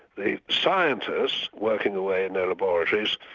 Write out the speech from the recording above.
the scientists, working away in their laboratories,